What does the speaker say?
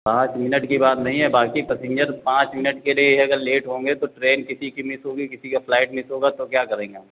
पाँच मिनट की बात नहीं है बाक़ी पसिंजर पाँच मिनट के लिए अगर लेट होंगे तो ट्रेन किसी की मिस होगी किसी का फ़्लाइट मिस होगा तो क्या करेंगे हम